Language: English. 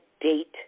date